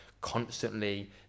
constantly